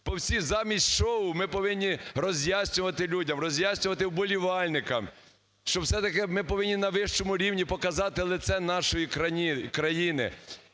по всіх, замість шоу, ми повинні роз'яснювати людям, роз'яснювати вболівальникам, що все-таки ми повинні на вищому рівні показати лице нашої країни.